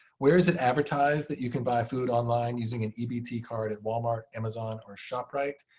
where is it advertised that you can buy food online using an ebt card at walmart, amazon, or shoprite?